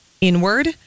inward